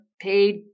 paid